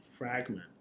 Fragment